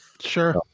Sure